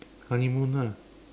honeymoon ah